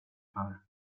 för